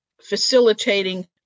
Facilitating